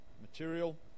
Material